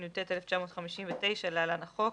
התשי"ט-1959 (להלן החוק),